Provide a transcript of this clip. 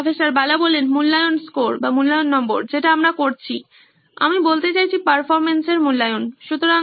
প্রফ্ বালা মূল্যায়ন স্কোর যেটা আমরা করছি আমি বলতে চাইছি পারফরম্যান্সের মূল্যায়ন সুতরাং